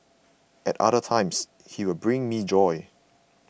at other times he will bring me joy